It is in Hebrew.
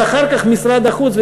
אז אחר כך משרד החוץ,